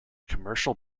commercial